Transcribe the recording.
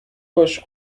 باش